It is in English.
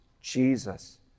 Jesus